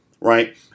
right